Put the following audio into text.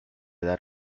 dar